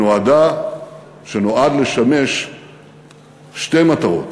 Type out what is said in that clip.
שנועד לשמש שתי מטרות,